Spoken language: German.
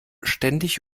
ständig